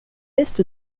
est